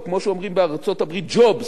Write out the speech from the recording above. או כמו שאומרים בארצות הברית: jobs,